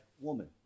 woman